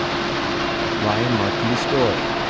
ryan markys doyle,